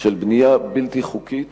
של בנייה בלתי חוקית